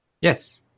yes